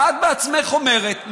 ואת בעצמך אומרת,